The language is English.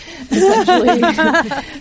essentially